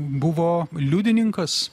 buvo liudininkas